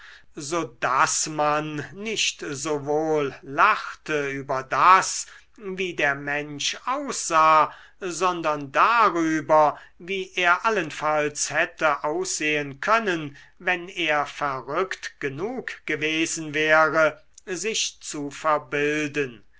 so daß man nicht sowohl lachte über das wie der mensch aussah sondern darüber wie er allenfalls hätte aussehen können wenn er verrückt genug gewesen wäre sich zu verbilden